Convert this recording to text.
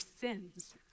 sins